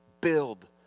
Build